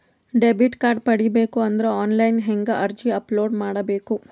Debit card ಪಡಿಬೇಕು ಅಂದ್ರ online ಹೆಂಗ್ ಅರ್ಜಿ ಅಪಲೊಡ ಮಾಡಬೇಕು?